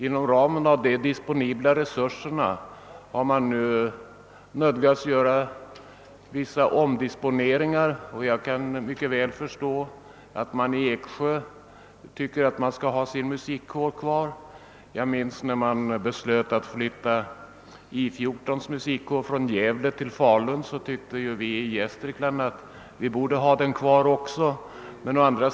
Inom ramen av de disponibla resurserna har vi nu nödgats göra vissa omdisponeringar. Jag kan mycket väl förstå att man i Eksjö tycker att man skall ha sin musikkår kvar. Jag minns att när man beslöt att flytta musikkåren vid 114 från Gävle till Falun, så tyckte vi i Gästrikland att vi borde ha musikkåren kvar.